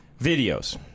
videos